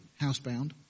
housebound